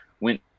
went